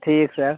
ठीक सर